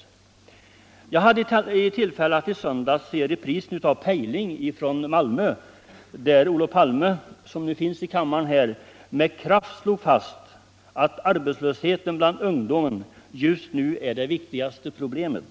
97 Jag hade tillfälle att i söndags se reprisen av Pejling från Malmö, där Olof Palme, som nu är närvarande här i kammaren, slog fast att arbetslösheten bland ungdomen just nu är det viktigaste problemet.